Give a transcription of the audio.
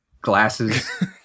glasses